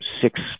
six